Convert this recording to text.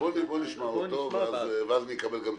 בואו נשמע אותו ואז נקבל גם תשובה.